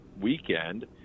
weekend